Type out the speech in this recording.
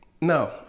no